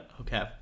okay